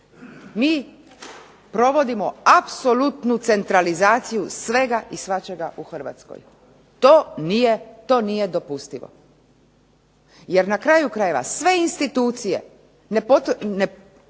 mi provodimo apsolutnu centralizaciju svega i svačega u Hrvatskoj. To nije dopustivo. Jer na kraju krajeva sve institucije ne postoje